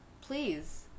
Please